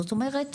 זאת אומרת,